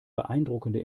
beeindruckende